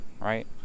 right